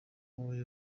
kabuye